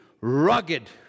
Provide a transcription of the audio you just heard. rugged